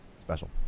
special